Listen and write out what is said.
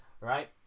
Right